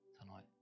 tonight